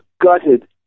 gutted